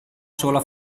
sola